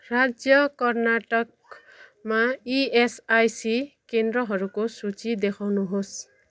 राज्य कर्नाटकमा इएसआइसी केन्द्रहरूको सूची देखाउनुहोस्